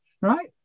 right